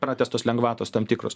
pratęstos lengvatos tam tikros